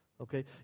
okay